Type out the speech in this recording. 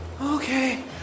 Okay